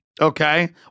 Okay